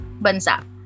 bansa